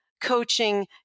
coaching